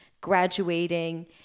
graduating